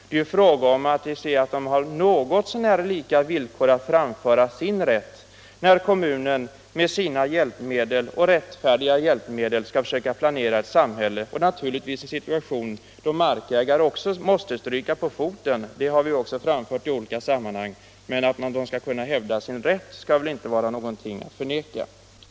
Det är ju fråga om att se till att de enskilda intressena på något så när lika villkor kan hävda sin rätt när kommunen med sina hjälpmedel - rättfärdiga hjälpmedel — skall försöka planera ett samhälle; ibland i en situation där markägaren måste stryka på foten, det har vi också framfört i olika sammanhang. Men att markägarna skall kunna hävda sin rätt är väl inte någonting att förneka.